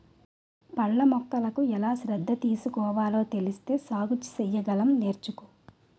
పళ్ళ మొక్కలకు ఎలా శ్రద్ధ తీసుకోవాలో తెలిస్తే సాగు సెయ్యగలం నేర్చుకో